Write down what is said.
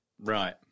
Right